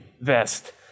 vest